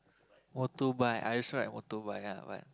motorbike I also ride motorbike ah but